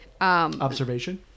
Observation